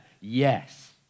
Yes